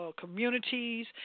communities